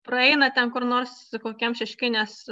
praeina ten kur nors kokiam šeškinės